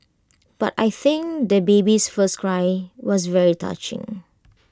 but I think the baby's first cry was very touching